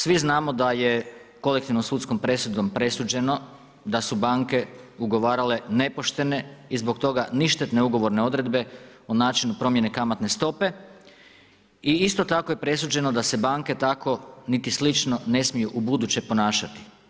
Svi znamo da je kolektivnom sudskom presudom presuđeno da su banke ugovarale nepoštene i zbog toga ništetne ugovorne odredbe o načinu promjene kamatne stope i isto tako je presuđeno da se banke niti slično ne smiju ubuduće ponašati.